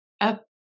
up